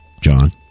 John